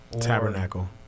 tabernacle